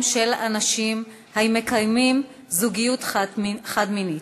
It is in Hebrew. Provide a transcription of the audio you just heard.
של אנשים המקיימים זוגיות חד-מינית.